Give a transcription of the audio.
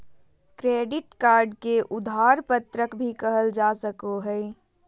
credit card के उधार पत्रक भी कहल जा सको हइ